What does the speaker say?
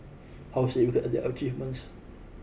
how significant are their achievements